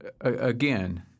again